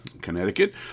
Connecticut